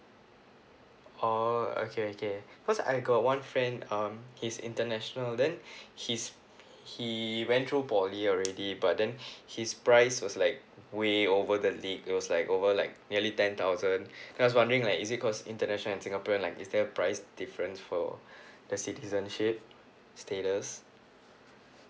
oh okay okay because I got one friend um he's international then his he went through poly already but then his price was like way over the it was like over like nearly ten thousand then I was wondering like is it cause international and singaporean like is there a price difference for the citizenship status